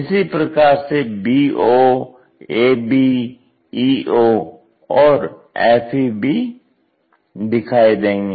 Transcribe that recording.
इसी प्रकार से bo ab eo और fe भी दिखाई देंगी